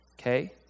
Okay